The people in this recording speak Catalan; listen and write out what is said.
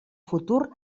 futur